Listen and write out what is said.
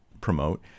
promote